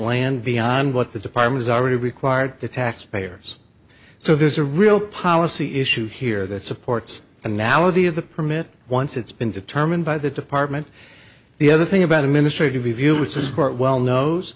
land beyond what the department's already required the taxpayers so there's a real policy issue here that supports anality of the permit once it's been determined by the department the other thing about administrative review which is court well kno